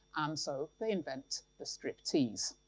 um so they invent the striptease.